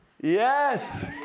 Yes